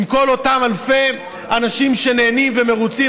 עם כל אותם אלפי אנשים שנהנים ומרוצים,